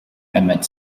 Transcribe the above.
emmett